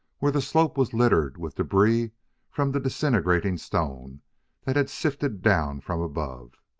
where the slope was littered with debris from the disintegrating stone that had sifted down from above.